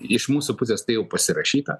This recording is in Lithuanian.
iš mūsų pusės tai jau pasirašyta